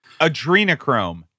adrenochrome